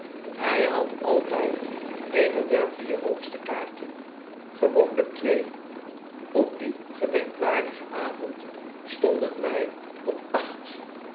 j had altyd eene der vier hoogste kaarten gewoonlijk twee op dien gedenkwaardigen avond stonden wij op acht